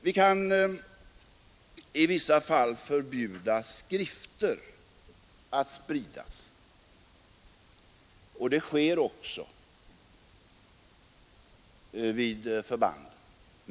Vi kan i vissa fall förbjuda att skrifter sprids vid förbanden, och det sker också.